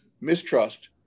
mistrust